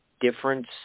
difference